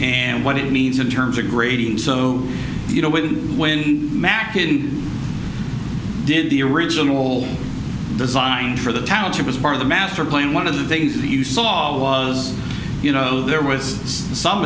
and what it means in terms of grading so you know when when mackin did the original design for the township was part of the master plan one of the things that you saw was you know there was some